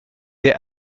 der